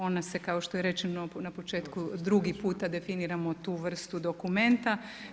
Ona je kao što je rečeno na početku drugi puta definiramo tu vrstu dokumenta.